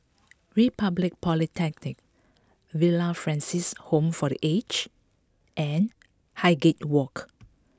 Republic Polytechnic Villa Francis Home for the Aged and Highgate Walk